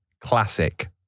classic